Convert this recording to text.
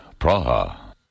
Praha